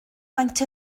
maint